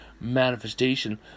manifestation